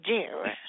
Jerry